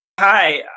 Hi